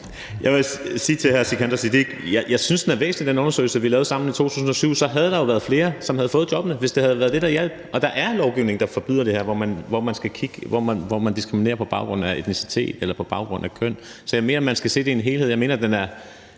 var heldig et øjeblik. Jeg vil sige til hr. Sikandar Siddique: Jeg synes, den undersøgelse, vi lavede sammen 2007, er væsentlig. Der havde jo været flere, som havde fået jobbene, hvis det havde været det, der hjalp. Og der er lovgivning, der forbyder det her med, at man diskriminerer på baggrund af etnicitet eller på baggrund af køn. Så jeg mener, at man skal se det i en helhed. Jeg mener, at den